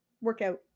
workout